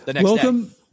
Welcome